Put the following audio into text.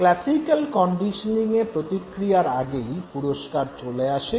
classical কন্ডিশনিঙে প্রতিক্রিয়ার আগেই পুরস্কার চলে আসে